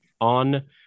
on